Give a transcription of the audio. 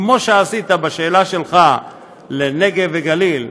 כמו שעשית בשאלה שלך לנגב וגליל,